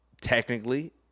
technically